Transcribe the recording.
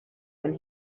when